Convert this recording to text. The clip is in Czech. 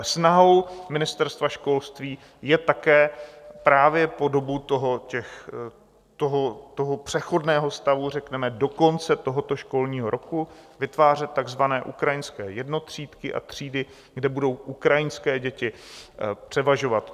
Snahou Ministerstva školství je také právě po dobu toho přechodného stavu, řekneme do konce tohoto školního roku, vytvářet takzvané ukrajinské jednotřídky a třídy, kde budou ukrajinské děti převažovat.